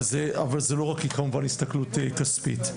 אבל זה לא רק כמובן הסתכלות כספית.